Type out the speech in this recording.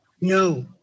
no